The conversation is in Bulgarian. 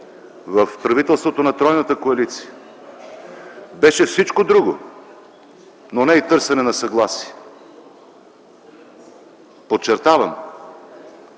в правителството на тройната коалиция, беше всичко друго, но не и търсене на съгласие. Подчертавам,